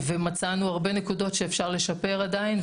ומצאנו הרבה נקודות שאפשר לשפר עדיין,